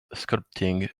sculpting